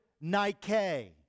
nike